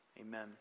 Amen